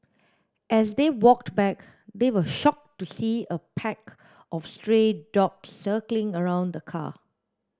as they walked back they were shocked to see a pack of stray dogs circling around the car